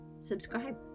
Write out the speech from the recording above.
subscribe